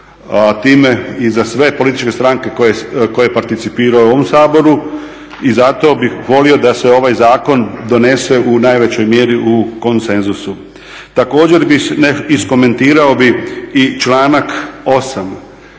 time i za sve političke stranke koje participiraju u ovom Saboru i zato bih volio da se ovaj zakon donese u najvećoj mjeri u konsenzusu. Također, iskomentirao bih i članak 8.